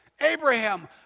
Abraham